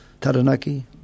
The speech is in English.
Taranaki